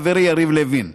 חברי יריב לוין.